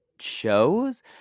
shows